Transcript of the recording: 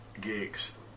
gigs